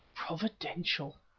providential!